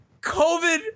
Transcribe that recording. COVID